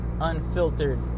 unfiltered